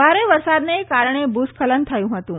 ભારે વરસાદને કારણે ભૂસ્ખલન થયું હતું